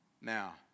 Now